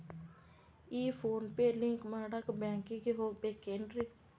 ಈ PhonePe link ಮಾಡಾಕ ಬ್ಯಾಂಕಿಗೆ ಹೋಗ್ಬೇಕೇನ್ರಿ?